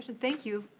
thank you,